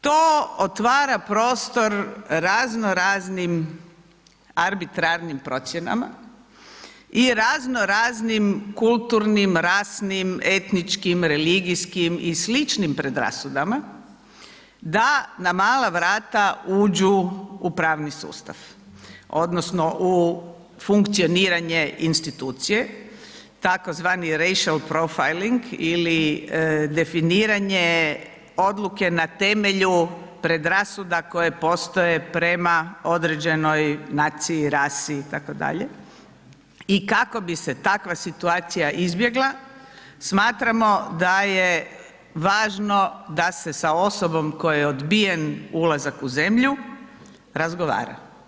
To otvara prostor razno raznim arbitarnim procjenama, i razno raznim kulturnim, rasnim, etničkim, religijskim i sličnim predrasudama, da na mala vrata uđu u pravni sustav odnosno u funkcioniranje institucije, tako zvani ... profiling ili definiranje Odluke na temelju predrasude koje postoje prema određenoj naciji, rasi i tako dalje, i kako bi se takva situacija izbjegla, smatramo da je važno da se sa osobom kojoj je odbijen ulazak u zemlju razgovara.